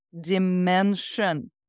dimension